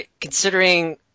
considering